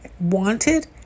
wanted